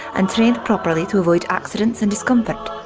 and trained properly to avoid accidents and discomfort.